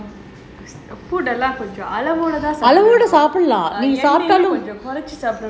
அளவோட சாப்பிடலாம் கொஞ்சம் குறைச்சு சாப்பிடலாம்:alavoda saapdilaam konjam kurachu saapidalaam